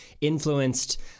influenced